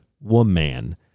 woman